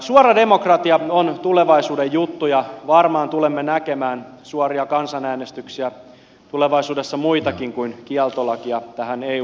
suora demokratia on tulevaisuuden juttu ja varmaan tulemme näkemään suoria kansanäänestyksiä tulevaisuudessa muidenkin kuin kieltolain ja tämän euhun liittymisen osalta